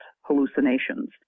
hallucinations